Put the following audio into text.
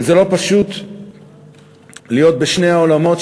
זה לא פשוט להיות בשני העולמות,